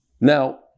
Now